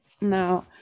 Now